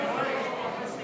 לשנת